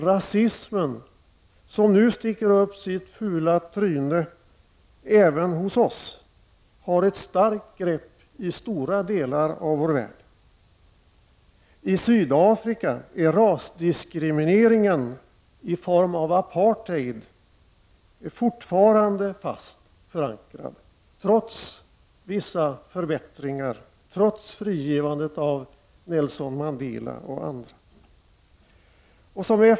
Rasismen, som nu sticker upp sitt fula tryne även hos oss, har ett starkt grepp i stora delar av vår värld. I Sydafrika är rasdiskrimineringen i form av apartheid fortfarande fast förankrad trots vissa förbättringar och trots frigivandet av Nelson Mandela och andra.